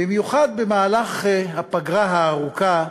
במיוחד במהלך הפגרה הארוכה,